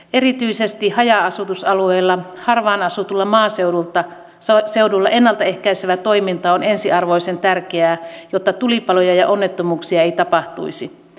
erityisesti haja asutusalueilla harvaan asutulla maaseudulla ennalta ehkäisevä toiminta on ensiarvoisen tärkeää jotta tulipaloja ja onnettomuuksia ei tapahtuisi